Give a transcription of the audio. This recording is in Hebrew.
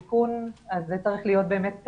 לעדכון, אז בזה צריך להיות הדדיות,